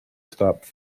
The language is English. stopped